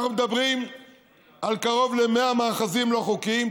אנחנו מדברים על קרוב ל-100 מאחזים לא חוקיים,